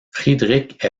friedrich